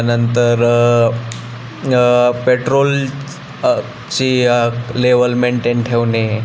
नंतर पेट्रोल ची level maintain ठेवणे